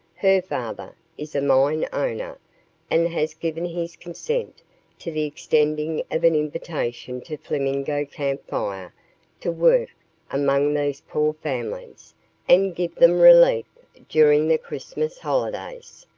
her father is a mine owner and has given his consent to the extending of an invitation to flamingo camp fire to work among these poor families and give them relief during the christmas holidays.